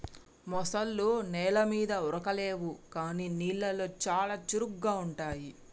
ముసల్లో నెల మీద ఉరకలేవు కానీ నీళ్లలో చాలా చురుగ్గా ఉంటాయి